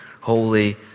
holy